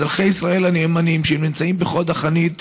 אזרחי ישראל הנאמנים שנמצאים בחוד החנית,